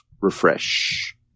refresh